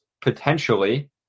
potentially